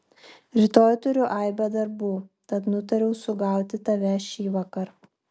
rytoj turiu aibę darbų tad nutariau sugauti tave šįvakar